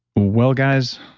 well, guys.